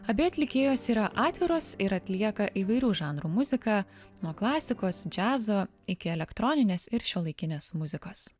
abi atlikėjos yra atviros ir atlieka įvairių žanrų muziką nuo klasikos džiazo iki elektroninės ir šiuolaikinės muzikos